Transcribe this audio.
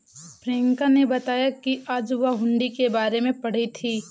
प्रियंका ने बताया कि आज वह हुंडी के बारे में पढ़ी थी